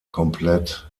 komplett